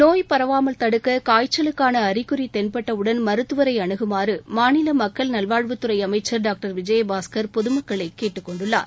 நோய் பரவாமல் தடுக்க காய்ச்சலுக்கான அறிகுறி தென்பட்டவுடன் மருத்துவரை அனுகுமாறு மாநில மக்கள் நல்வாழ்வுத்துறை அமைச்சர் டாக்டா விஜயபாஸ்கள் பொதுமக்களை கேட்டுக் கொண்டுள்ளார்